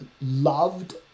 loved